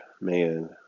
man